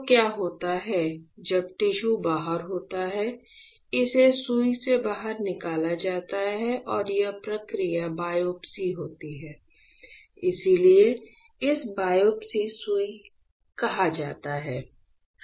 तो क्या होता है जब टिश्यू बाहर होता है इसे सुई से बाहर निकाला जाता है और यह प्रक्रिया बायोप्सी होती है इसलिए इसे बायोप्सी सुई कहा जाता है